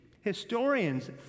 historians